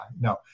No